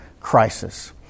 crisis